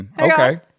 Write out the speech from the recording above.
Okay